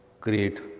create